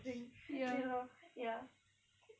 you know ya